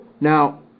Now